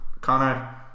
Connor